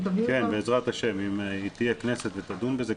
כן, בעזרת ה', אם תהיה כנסת ותדון בזה.